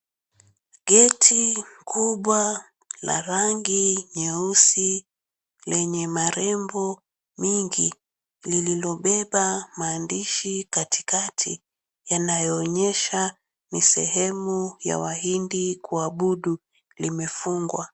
Gate kubwa la rangi nyeusi lenye marembo mingi, lililobeba maandishi katikati yanaeonyesha ni sehemu ya wahindi kuabudu limefungwa.